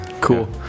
Cool